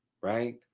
Right